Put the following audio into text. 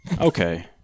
Okay